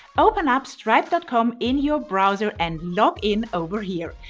open up stripe dot com in your browser and log in over here.